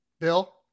Bill